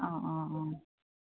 অঁ অঁ অঁ